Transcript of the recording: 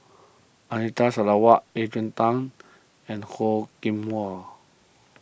Anita Sarawak Adrian Tan and Ho Hwa